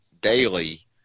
daily